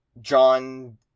John